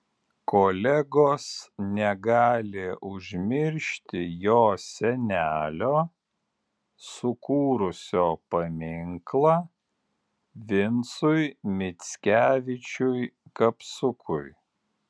kolegos negali užmiršti jo senelio sukūrusio paminklą vincui mickevičiui kapsukui